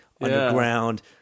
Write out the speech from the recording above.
underground